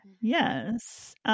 Yes